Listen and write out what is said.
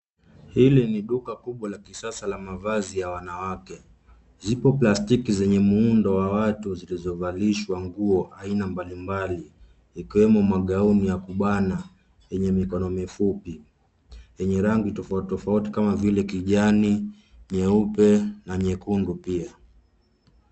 Hili ni duka kubwa la kisasa la mavazi ya wanawake. Zipo plastiki zenye muundo wa watu zilizovalishwa nguo aina mbalimbali, ikiwemo magauni ya kubana, yenye mikono mifupi, yenye rangi tofauti tofauti kama vile kijani ,nyeupe na nyekundu pia.